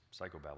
psychobabble